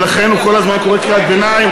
ולכן הוא כל הזמן קורא קריאת ביניים.